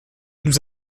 nous